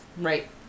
Right